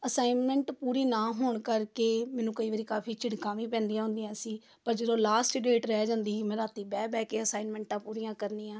assignment ਪੂਰੀ ਨਾ ਹੋਣ ਕਰਕੇ ਮੈਨੂੰ ਕਈ ਵਾਰੀ ਕਾਫੀ ਝਿੜਕਾਂ ਵੀ ਪੈਂਦੀਆਂ ਹੁੰਦੀਆਂ ਸੀ ਪਰ ਜਦੋਂ ਲਾਸਟ ਡੇਟ ਰਹਿ ਜਾਂਦੀ ਸੀ ਮੈਂ ਰਾਤੀਂ ਬਹਿ ਬਹਿ ਕੇ ਅਸਾਈਨਮੈਂਟਾਂ ਪੂਰੀਆਂ ਕਰਨੀਆਂ